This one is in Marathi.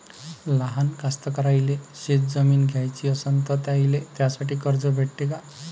लहान कास्तकाराइले शेतजमीन घ्याची असन तर त्याईले त्यासाठी कर्ज भेटते का?